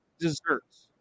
desserts